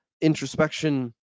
introspection